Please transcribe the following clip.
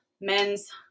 men's